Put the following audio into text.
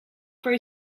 very